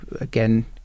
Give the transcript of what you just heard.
again